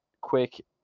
quick